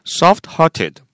soft-hearted